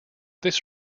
this